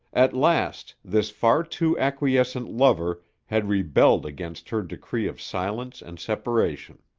at last this far too acquiescent lover had rebelled against her decree of silence and separation.